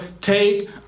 take